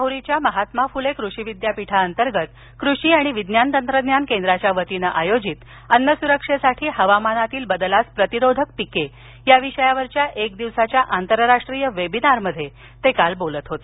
राहुरीच्या महात्मा फुले कृषी विद्यापीठा अंतर्गत कृषी आणि विज्ञान तंत्रज्ञान केंद्राच्या वतीनं आयोजित अन्नसुरक्षेसाठी हवामानातील बदलास प्रतिरोधक पिके या विषयावर एक दिवसाच्या आंतरराष्ट्रीय वेबिनारमध्ये ते काल बोलत होते